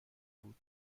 بود